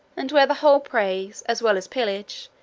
and where the whole praise, as well as pillage,